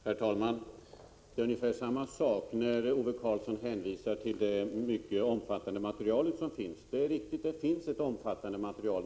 Herr talman! Ove Karlsson hänvisar till det mycket omfattande materialet, och det är riktigt, det finns ett omfattande material.